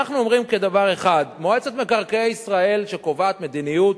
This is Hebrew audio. אנחנו אומרים דבר אחד: כשמועצת מקרקעי ישראל קובעת מדיניות,